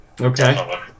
Okay